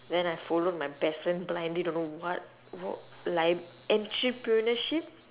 then I followed my best friend blindly don't know what wh~ like entrepreneurship